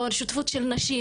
או על שותפות של נשים,